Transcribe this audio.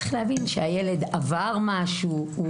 צריך להבין שהילד עבר משהו.